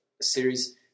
series